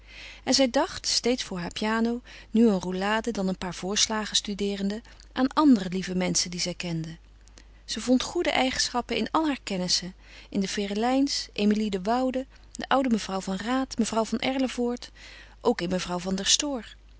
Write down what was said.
en zij dacht steeds voor haar piano nu een roulade dan een paar voorslagen studeerende aan andere lieve menschen die zij kende ze vond goede eigenschappen in al haar kennissen in de ferelijns emilie de woude de oude mevrouw van raat mevrouw van erlevoort ook in mevrouw van der stoor